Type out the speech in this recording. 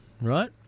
right